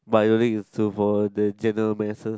but I don't think is too for the general masses